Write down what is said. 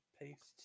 Paste